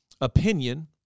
opinion